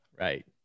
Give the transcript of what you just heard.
right